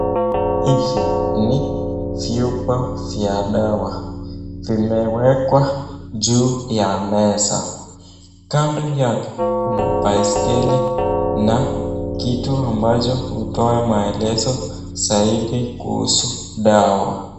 Hizi ni vyupa vya dawa vimewekwa juu ya meza, kando yake kuna baskeli na kitu ambacho utoa maelezo zaidi kuhusu dawa.